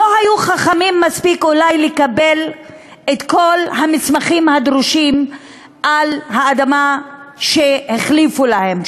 לא היו חכמים מספיק לקבל את כל המסמכים הדרושים על האדמה שהחליפו להם,